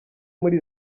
muri